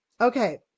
Okay